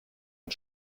und